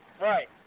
Right